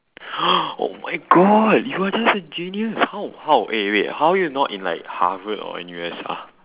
oh my god you're just a genius how how eh wait how are you not in like harvard or N_U_S ah